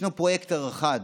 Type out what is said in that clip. ישנו פרויקטור אחד,